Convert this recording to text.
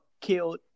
killed